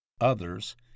others